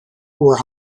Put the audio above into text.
were